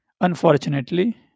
Unfortunately